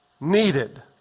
needed